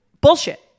bullshit